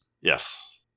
Yes